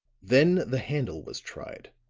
then the handle was tried,